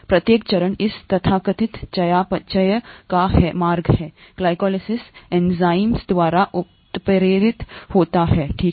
प्रत्येक चरण इस तथाकथित चयापचय का है मार्ग ग्लाइकोलाइसिस एंजाइम द्वारा उत्प्रेरित होता है ठीक है